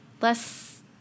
less